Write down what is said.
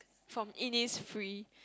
from Innisfree